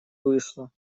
вышла